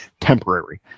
temporary